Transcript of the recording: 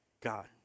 God